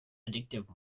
addictive